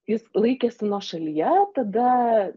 jis laikėsi nuošalyje tada